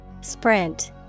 Sprint